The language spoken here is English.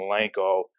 Malenko